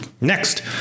next